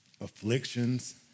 afflictions